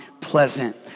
pleasant